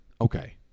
Okay